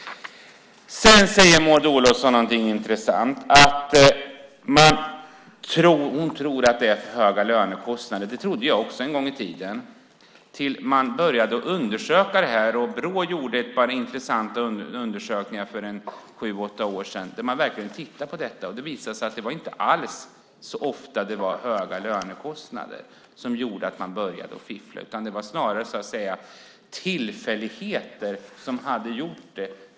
Sedan säger Maud Olofsson något intressant. Hon tror att det är höga lönekostnader. Det trodde jag också en gång i tiden till dess man började undersöka det. Brå gjorde ett par intressanta undersökningar för sju åtta år sedan där man verkligen tittade på detta. Det visade sig att det inte alls var så ofta det var höga lönekostnader som gjorde att folk började fiffla. Det var snarare tillfälligheter som hade gjort det.